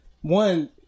One